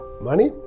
Money